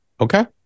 Okay